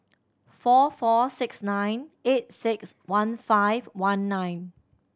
four four six nine eight six one five one nine